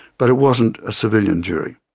but it wasn't a civilian jury.